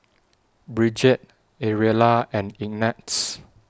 Brigette Ariella and Ignatz